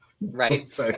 right